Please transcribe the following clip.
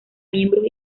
miembros